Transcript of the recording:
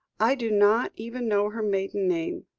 i do not even know her maiden name.